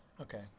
Okay